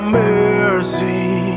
mercy